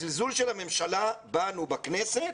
הזלזול של הממשלה בנו, בכנסת,